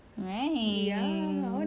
right